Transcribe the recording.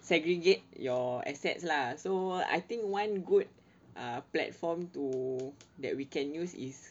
segregate your assets lah so I think one good err platform to that we can use is